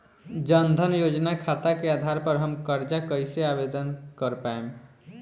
जन धन योजना खाता के आधार पर हम कर्जा कईसे आवेदन कर पाएम?